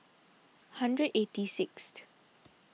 hundred eighty sixth